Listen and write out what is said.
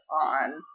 on